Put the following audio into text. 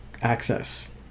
access